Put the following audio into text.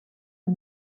sie